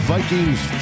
Vikings